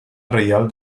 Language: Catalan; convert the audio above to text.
reial